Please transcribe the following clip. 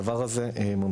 הדבר הזה ממשיך.